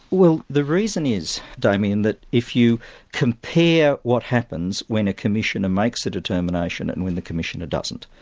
well the reason is, damien, that if you compare what happens when a commissioner makes a determination and when the commissioner doesn't.